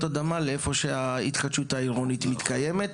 אדמה לאיפה שההתחדשות העירונית מתקיימת.